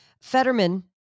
Fetterman